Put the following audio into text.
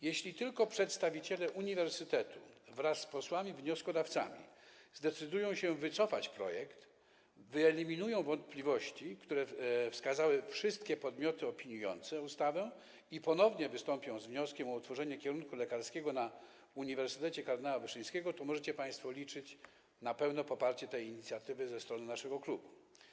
Jeśli tylko przedstawiciele uniwersytetu wraz z posłami wnioskodawcami zdecydują się wycofać projekt, wyeliminują wątpliwości, które wskazały wszystkie podmioty opiniujące ustawę, i ponownie wystąpią z wnioskiem o utworzenie kierunku lekarskiego na Uniwersytecie Kardynała Stefana Wyszyńskiego, to możecie państwo liczyć na pełne poparcie tej inicjatywy ze strony naszego klubu.